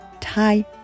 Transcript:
Thai